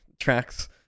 Tracks